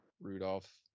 Rudolph